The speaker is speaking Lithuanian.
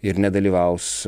ir nedalyvaus